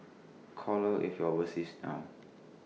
call her if you are overseas now